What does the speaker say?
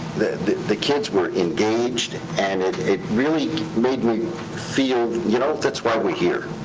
the kids were engaged, and it it really made me feel, you know, that's why we're here.